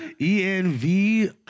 E-N-V